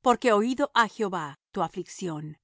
porque oído ha jehová tu aflicción